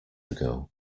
ago